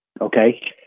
Okay